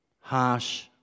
harsh